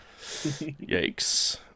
Yikes